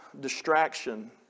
distraction